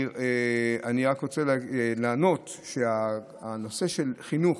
אני רק רוצה לענות שהנושא של חינוך,